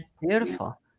beautiful